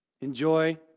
Enjoy